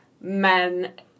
men